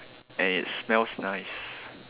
and it smells nice